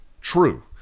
True